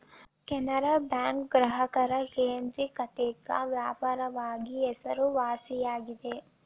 Canara bank ಗ್ರಾಹಕರ ಕೇಂದ್ರಿಕತೆಕ್ಕ ವ್ಯಾಪಕವಾಗಿ ಹೆಸರುವಾಸಿಯಾಗೆದ